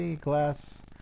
Glass